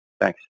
Thanks